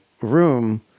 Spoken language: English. room